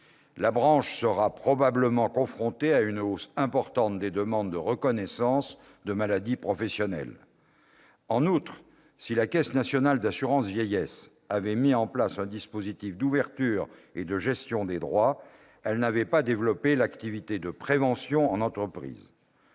La branche sera probablement confrontée à une hausse importante des demandes de reconnaissance de maladies professionnelles. En outre, si la Caisse nationale d'assurance vieillesse, la CNAV, avait mis en place un dispositif d'ouverture et de gestion des droits, elle n'avait pas développé l'activité de prévention en entreprise.